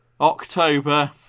October